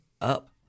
up